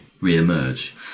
re-emerge